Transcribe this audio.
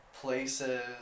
places